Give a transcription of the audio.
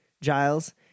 Giles